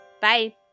Bye